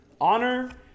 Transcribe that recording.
Honor